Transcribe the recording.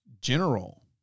General